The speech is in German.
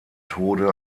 tode